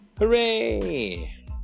Hooray